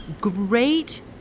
great